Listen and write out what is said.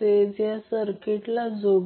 हे समीकरण मिळाले